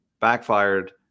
backfired